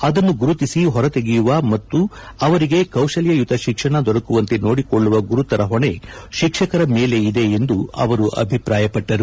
ಅದನ್ನು ಗುರುತಿಸಿ ಹೊರ ತೆಗೆಯುವ ಮತ್ತು ಅವರಿಗೆ ಕೌಶಲ್ಯಯುತ ತಿಕ್ಷಣ ದೊರಕುವಂತೆ ನೋಡಿಕೊಳ್ಳುವ ಗುರುತರ ಹೊಣೆ ತಿಕ್ವಕರ ಮೇಲೆ ಇದೆ ಎಂದು ಅವರು ಅಭಿಪ್ರಾಯಪಟ್ಟರು